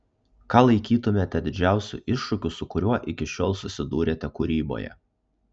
ką laikytumėte didžiausiu iššūkiu su kuriuo iki šiol susidūrėte kūryboje